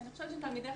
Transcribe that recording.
אני חושבת שיש יותר